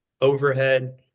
overhead